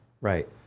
right